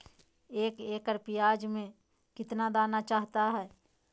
एक एकड़ प्याज में कितना दाना चाहता है?